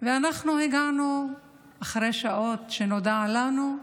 ואנחנו הגענו אחרי שעות, כשנודע לנו.